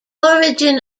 origin